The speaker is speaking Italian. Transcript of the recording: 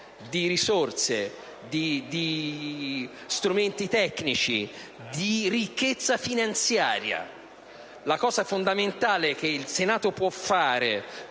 risorse e strumenti tecnici, di ricchezza finanziaria. La cosa fondamentale che il Senato può fare